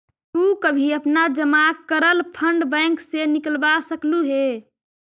तु कभी अपना जमा करल फंड बैंक से निकलवा सकलू हे